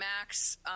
Max